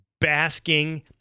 basking